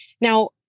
Now